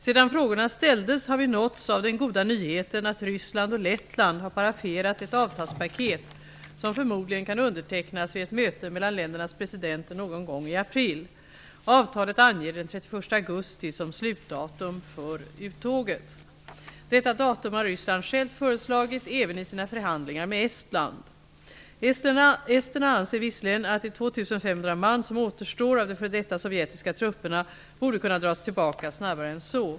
Sedan frågorna ställdes har vi nåtts av den goda nyheten att Ryssland och Lettland har paraferat ett avtalspaket, som förmodligen kan undertecknas vid ett möte mellan ländernas presidenter någon gång i april. Avtalet anger den 31 augusti som slutdatum för uttåget. Detta datum har Ryssland självt föreslagit även i sina förhandlingar med Estland. Esterna anser visserligen att de 2 500 man som återstår av de f.d. sovjetiska trupperna borde kunna dras tillbaka snabbare än så.